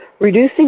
reducing